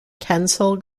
kensal